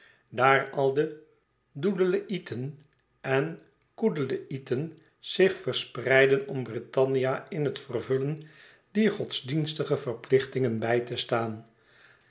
daar al de doodleïeten en en coodleïeten zich verspreiden om brittannia in het vervullen dier godsdienstige verplichtingen bij te staan